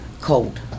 Cold